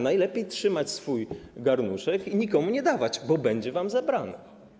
Najlepiej trzymać swój garnuszek i nikomu nie dawać, bo będzie wam zabrane.